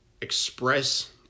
express